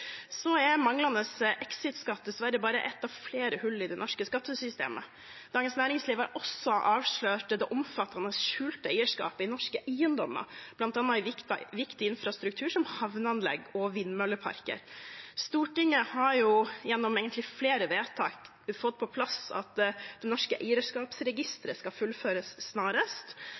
Manglende exit-skatt er dessverre bare ett av flere hull i det norske skattesystemet. Dagens Næringsliv har også avslørt at det er omfattende skjulte eierskap i norske eiendommer, bl.a. i viktig infrastruktur som havneanlegg og vindmølleparker. Stortinget har gjennom flere vedtak fått på plass at det norske eierskapsregistret skal fullføres snarest,